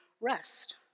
rest